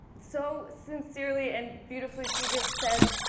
so sincerely and beautifully, she just said,